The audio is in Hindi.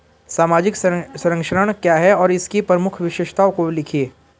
सामाजिक संरक्षण क्या है और इसकी प्रमुख विशेषताओं को लिखिए?